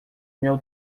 meu